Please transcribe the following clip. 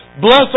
Bless